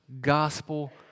gospel